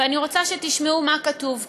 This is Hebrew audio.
ואני רוצה שתשמעו מה כתוב כאן: